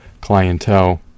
clientele